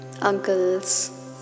uncles